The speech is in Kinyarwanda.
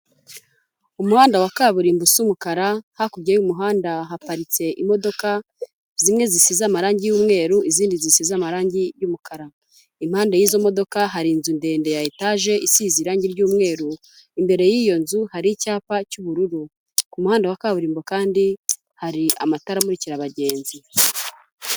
Umuhanda wa kaburimbo usa umukara, hakurya y'umuhanda haparitse imodoka, zimwe zisize amarangi y'umweru, izindi zisize amarangi y'umukara, impande y'izo modoka hari inzu ndende ya etaje isize irangi ry'umweru, imbere y'iyo nzu hari icyapa cy'ubururu, ku muhanda wa kaburimbo kandi hari amatara amurikira abagenzi.